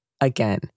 Again